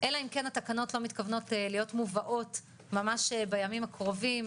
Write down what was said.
אלא אם כן התקנות לא מתכוונות להיות מובאות ממש בימים הקרובים,